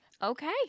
Okay